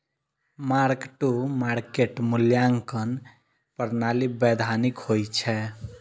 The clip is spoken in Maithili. मार्क टू मार्केट मूल्यांकन प्रणाली वैधानिक होइ छै